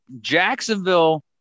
Jacksonville